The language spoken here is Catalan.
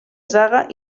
zaga